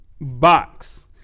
box